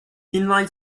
inline